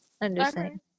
understand